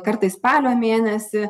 kartais spalio mėnesį